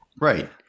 right